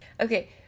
Okay